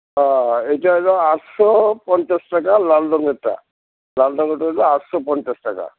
হ্যাঁ এইটা হলো আটশো পঞ্চাশ টাকা লাল রঙেরটা লাল রঙেরটা হইলো আটশো পঞ্চাশ টাকা